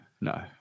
no